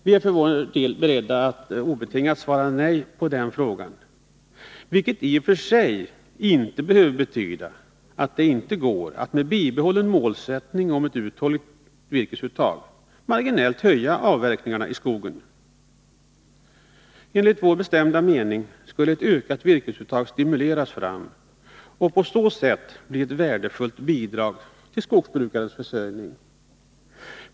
Vi är för vår del beredda att obetingat svara nej på den frågan, vilket i och för sig inte behöver betyda att det inte går att, med bibehållen målsättning om ett uthålligt virkesuttag, marginellt öka avverkningarna i skogen. Enligt vår bestämda mening skall ett ökat virkesuttag stimuleras fram och på så sätt bli ett värdefullt bidrag till skogsbrukarens försörjning.